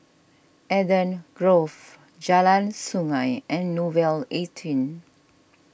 Eden Grove Jalan Sungei and Nouvel eighteen